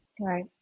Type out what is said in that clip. Right